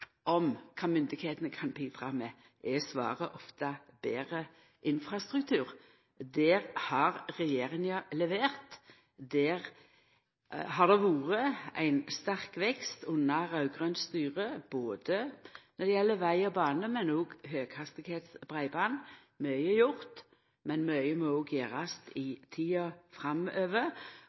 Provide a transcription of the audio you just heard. om kva myndigheitene kan bidra med, er svaret ofte betre infrastruktur. Der har regjeringa levert. Der har det vore ein sterk vekst under raud-grønt styre, både når det gjeld veg og bane og høgfarts breiband. Mykje er gjort, men mykje må òg gjerast i tida framover.